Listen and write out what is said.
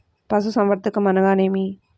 పశుసంవర్ధకం అనగానేమి?